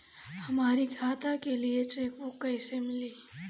हमरी खाता के लिए चेकबुक कईसे मिली?